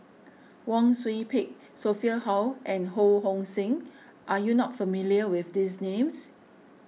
Wang Sui Pick Sophia Hull and Ho Hong Sing are you not familiar with these names